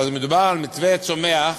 אבל מדובר על מתווה צומח,